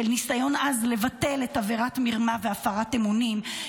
ניסיון עז לבטל את עבירת מרמה והפרת אמונים,